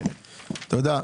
יש הבדל